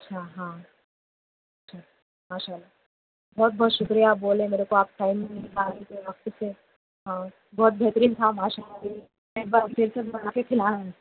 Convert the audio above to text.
اچھا ہاں ٹھیک ہے ماشاء اللہ بہت بہت شکریہ آپ بولے میرے کو آپ ٹائم بھی نکالے آپ خود سے اور بہت بہترین تھا ماشاء اللہ ایک بار پھر سے بنا کے کھلائیں